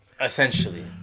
Essentially